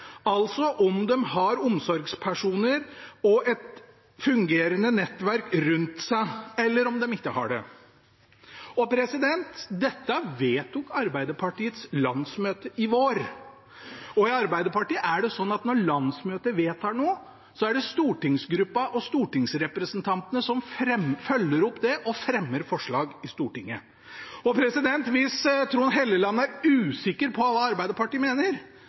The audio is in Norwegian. altså om de har omsorgspersoner og et fungerende nettverk rundt seg, eller om de ikke har det. Dette vedtok Arbeiderpartiets landsmøte i vår, og i Arbeiderpartiet er det sånn at når landsmøtet vedtar noe, er det stortingsgruppa og stortingsrepresentantene som følger opp og fremmer forslag i Stortinget. Hvis Trond Helleland er usikker på hva Arbeiderpartiet mener,